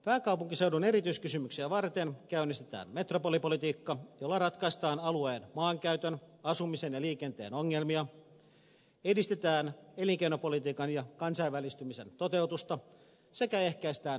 pääkaupunkiseudun erityiskysymyksiä varten käynnistetään metropolipolitiikka jolla ratkaistaan alueen maankäytön asumisen ja liikenteen ongelmia edistetään elinkeinopolitiikan ja kansainvälistymisen toteutusta sekä ehkäistään syrjäytymistä